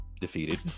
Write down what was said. Defeated